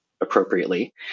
appropriately